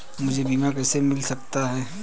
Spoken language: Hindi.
मुझे बीमा कैसे मिल सकता है?